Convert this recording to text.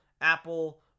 Apple